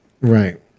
Right